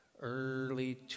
early